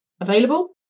available